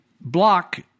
block